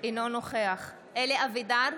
אינו נוכח אלי אבידר,